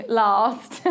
last